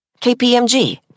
KPMG